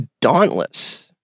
Dauntless